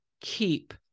keep